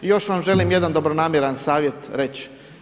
I još vam želim jedan dobronamjeran savjet reći.